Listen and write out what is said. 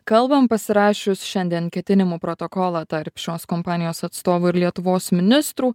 kalbam pasirašius šiandien ketinimų protokolą tarp šios kompanijos atstovų ir lietuvos ministrų